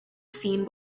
scene